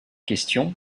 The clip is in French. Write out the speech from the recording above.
question